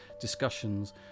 discussions